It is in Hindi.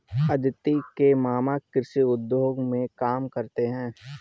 अदिति के मामा कृषि उद्योग में काम करते हैं